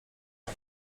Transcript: lat